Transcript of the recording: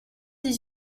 dix